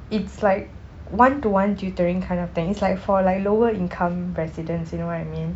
it's like one to one tutoring kind of thing it's like for like lower income residents you know what you mean